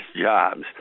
jobs